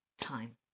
time